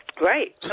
Right